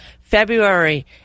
February